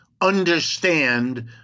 understand